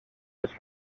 les